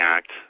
Act